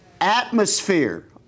Atmosphere